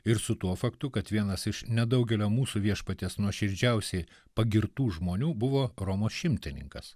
ir su tuo faktu kad vienas iš nedaugelio mūsų viešpaties nuoširdžiausiai pagirtų žmonių buvo romos šimtininkas